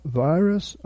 virus